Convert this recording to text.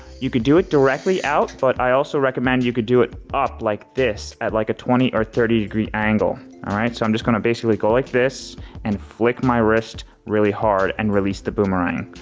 you could do it directly out but i also recommend you can do it up like this at like a twenty or thirty degree angle alright so i'm just gonna basically go like this and flick my wrist really hard and release the boomerang.